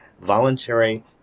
voluntary